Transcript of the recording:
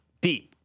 deep